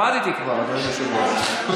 למדתי כבר, אדוני היושב-ראש.